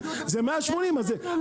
אז 180,000. זה מה שאנחנו אומרים.